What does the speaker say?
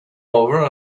over